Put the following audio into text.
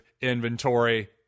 inventory